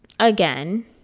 Again